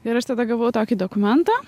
ir aš tada gavau tokį dokumentą